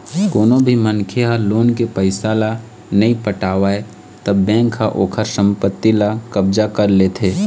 कोनो भी मनखे ह लोन के पइसा ल नइ पटावय त बेंक ह ओखर संपत्ति ल कब्जा कर लेथे